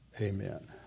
amen